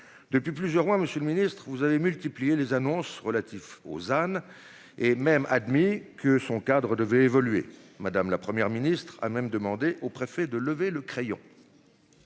depuis plusieurs mois Monsieur le Ministre, vous avez multiplié les annonces relatifs aux Anne et même admis que son cadre devait évoluer madame, la Première ministre a même demandé au préfet de lever le crayon.